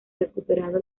recuperado